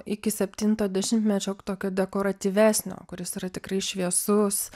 iki septinto dešimtmečio tokio dekoratyvesnio kuris yra tikrai šviesus